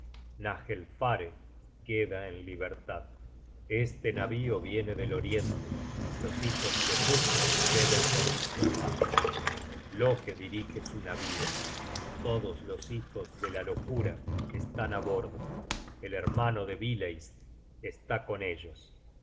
cadáveres nagelfare queda en libertad este navio viene del oriente los hijos de muspel deben venir por mar loke dirige su navio todos los hijos de la locura están á bordo el hermano de bileist está con ellos